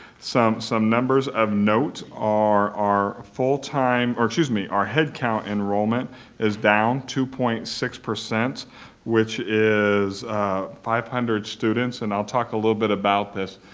some some numbers of note are our full-time or excuse me, our head count enrollment is down two point six, which is five hundred students, and i'll talk a little bit about this.